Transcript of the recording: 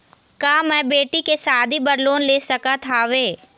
का मैं बेटी के शादी बर लोन ले सकत हावे?